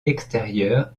extérieures